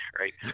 right